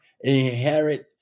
Inherit